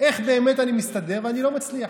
איך באמת אני מסתדר, ואני לא מצליח.